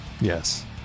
yes